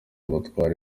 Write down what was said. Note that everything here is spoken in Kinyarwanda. abatwara